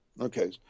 Okay